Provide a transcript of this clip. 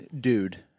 dude